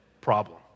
problem